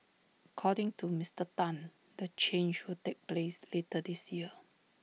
according to Mister Tan the change will take place later this year